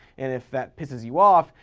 and if that pisses you off,